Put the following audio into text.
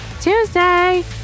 Tuesday